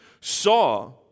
saw